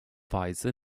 weise